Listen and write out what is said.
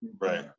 Right